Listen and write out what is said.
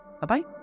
bye-bye